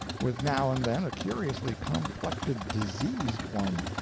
with now and then a curiously complected diseased one.